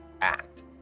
act